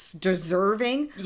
deserving